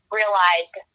realized